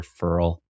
referral